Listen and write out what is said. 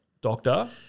Doctor